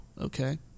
okay